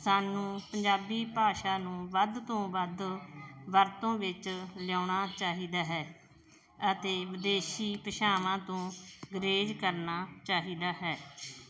ਸਾਨੂੰ ਪੰਜਾਬੀ ਭਾਸ਼ਾ ਨੂੰ ਵੱਧ ਤੋਂ ਵੱਧ ਵਰਤੋਂ ਵਿੱਚ ਲਿਆਉਣਾ ਚਾਹੀਦਾ ਹੈ ਅਤੇ ਵਿਦੇਸ਼ੀ ਭਾਸ਼ਾਵਾਂ ਤੋਂ ਗੁਰੇਜ਼ ਕਰਨਾ ਚਾਹੀਦਾ ਹੈ